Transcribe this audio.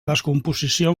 descomposició